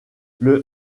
les